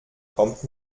kommt